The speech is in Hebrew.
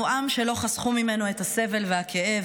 אנחנו עם שלא חסכו ממנו את הסבל והכאב.